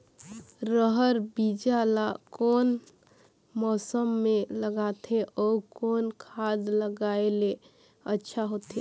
रहर बीजा ला कौन मौसम मे लगाथे अउ कौन खाद लगायेले अच्छा होथे?